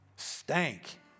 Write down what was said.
stank